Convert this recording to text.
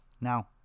Now